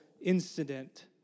incident